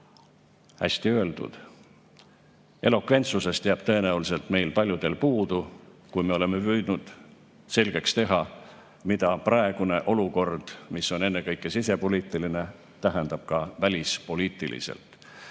Hästi öeldud. Elokventsusest jääb tõenäoliselt meil paljudel puudu, kui me oleme püüdnud selgeks teha, mida praegune olukord, mis on ennekõike sisepoliitiline, tähendab ka välispoliitiliselt.